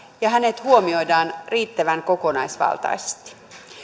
ja hänet huomioidaan riittävän kokonaisvaltaisesti